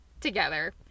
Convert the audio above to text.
together